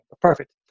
Perfect